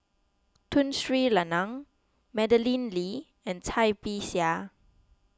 Tun Sri Lanang Madeleine Lee and Cai Bixia